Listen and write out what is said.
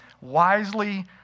wisely